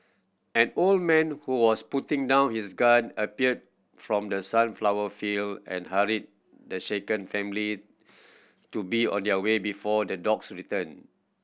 an old man who was putting down his gun appeared from the sunflower field and hurried the shaken family to be on their way before the dogs return